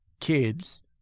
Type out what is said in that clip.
kids